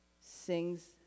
sings